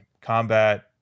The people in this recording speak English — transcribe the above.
combat